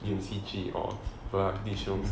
连戏剧 or variety shows